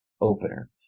opener